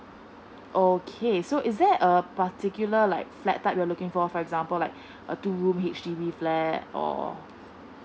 okay so is there uh particular like flat type you're looking for for example like a two room H_D_B flat or